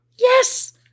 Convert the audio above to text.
Yes